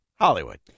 Hollywood